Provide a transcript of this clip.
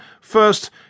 First